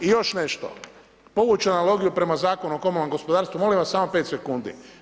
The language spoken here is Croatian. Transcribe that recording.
I još nešto, povući analogiju prema Zakonu o komunalnom gospodarstvu molim vas samo 5 sekundi.